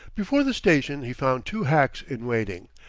before the station he found two hacks in waiting,